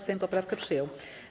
Sejm poprawkę przyjął.